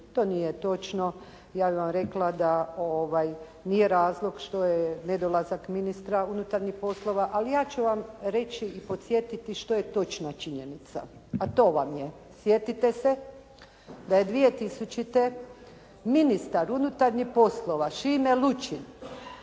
To nije točno. Ja bih vam rekla da nije razlog što je nedolazak ministra unutarnjih poslova ali ja ću vam reći i podsjetiti što je točna činjenica. A to vam je, sjetite se da je 2000. ministar unutarnjih poslova Šime Lučin